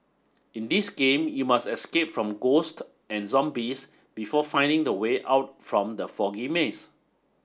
in this game you must escape from ghost and zombies before finding the way out from the foggy maze